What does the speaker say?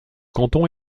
canton